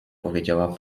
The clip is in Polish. powiedziała